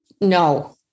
No